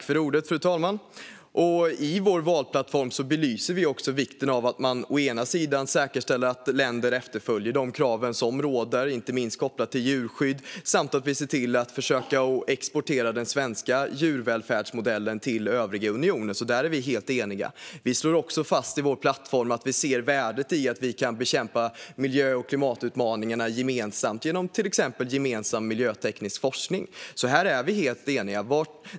Fru talman! I vår valplattform belyser vi också vikten av att man å ena sidan säkerställer att länder efterföljer de krav som råder, inte minst när det gäller djurskydd, samt att vi försöker exportera den svenska djurvälfärdsmodellen till övriga unionen. Där är vi alltså helt eniga. Vi slår i vår plattform också fast att vi ser värdet i att vi kan bekämpa miljö och klimatutmaningarna tillsammans genom till exempel gemensam miljöteknisk forskning. Här är vi helt eniga.